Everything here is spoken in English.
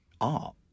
art